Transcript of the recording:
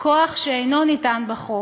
כוח שאינו ניתן בחוק.